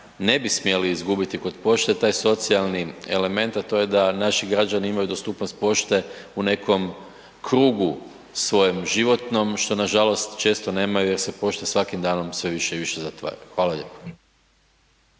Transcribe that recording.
ne bi smjeli izgubiti kod pošte, taj socijalni element, a to je da naši građani imaju dostupnost pošte u nekom krugu svojem životnom što nažalost često nemaju jer se pošte svakim danom sve više i više zatvaraju. Hvala lijepo.